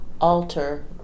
alter